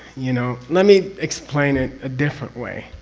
you know, let me explain it a different way,